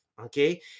okay